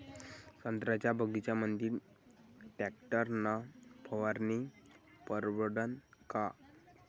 संत्र्याच्या बगीच्यामंदी टॅक्टर न फवारनी परवडन का?